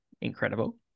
incredible